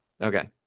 okay